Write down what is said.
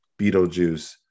beetlejuice